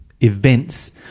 events